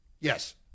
Yes